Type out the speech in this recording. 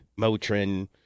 Motrin